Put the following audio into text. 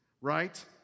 right